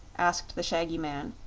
asked the shaggy man,